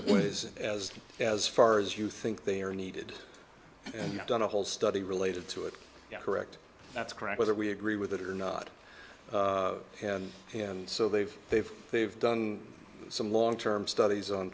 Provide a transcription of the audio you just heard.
of ways as as far as you think they are needed and done a whole study related to it correct that's correct whether we agree with it or not and so they've they've they've done some long term studies on